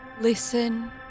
listen